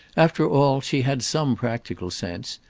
after all, she had some practical sense,